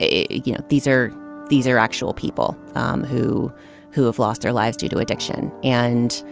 you know, these are these are actual people who who have lost their lives due to addiction. and